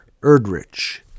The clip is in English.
Erdrich